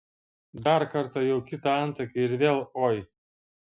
dar kartą jau kitą antakį ir vėl oi